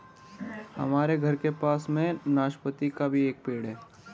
हमारे घर के पास में नाशपती का भी एक पेड़ है